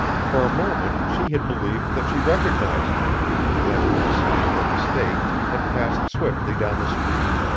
for a moment she had believed that she recognized him then, seeing her mistake, had passed swiftly down the street.